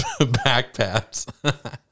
backpacks